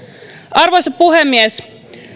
arvoisa puhemies